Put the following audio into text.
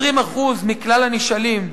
20% מכלל הנשאלים,